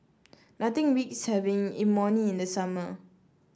nothing beats having Imoni in the summer